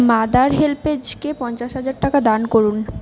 mother হেল্পেজকে পঞ্চাশ হাজার টাকা দান করুন